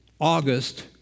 August